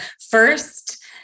first